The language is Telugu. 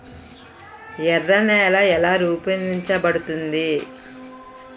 ఎర్ర నేల ఎలా రూపొందించబడింది?